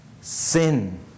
Sin